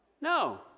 No